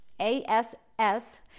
A-S-S